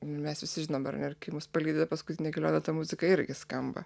mes visi žinom ir ir kai mus palydi į paskutinę kelionę ta muzika irgi skamba